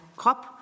krop